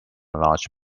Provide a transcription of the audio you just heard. large